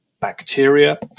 bacteria